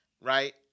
right